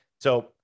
So-